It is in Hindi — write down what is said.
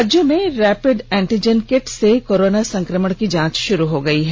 राज्य में रैपिड एंटीजन किट से कोरोना संक्रमण की जांच शुरू हो गई है